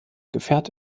gefährt